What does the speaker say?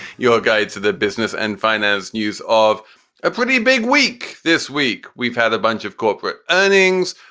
your guide to the business and finance. news of a pretty big week this week. we've had a bunch of corporate earnings.